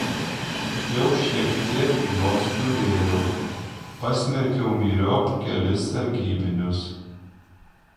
jau šiek tiek jos turėjau pasmerkiau myriop kelis sargybinius